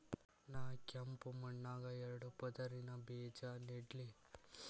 ನಾ ಕೆಂಪ್ ಮಣ್ಣಾಗ ಎರಡು ಪದರಿನ ಬೇಜಾ ನೆಡ್ಲಿ?